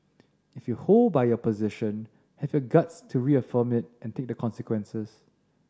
if you hold by your position have your guts to reaffirm it and take the consequences